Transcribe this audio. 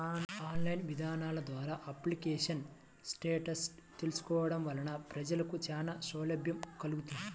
online ఇదానాల ద్వారా application status తెలుసుకోవడం వలన ప్రజలకు చానా సౌలభ్యం కల్గుతుంది